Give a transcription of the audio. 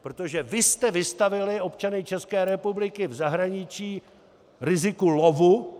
Protože vy jste vystavili občany České republiky v zahraničí riziku lovu.